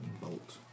bolt